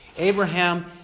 Abraham